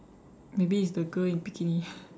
maybe it's the girl in bikini